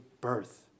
birth